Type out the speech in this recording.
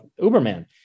Uberman